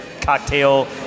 cocktail